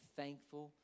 thankful